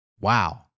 wow